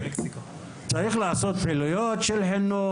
צריך לעשות פעילויות של חינוך.